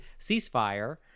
ceasefire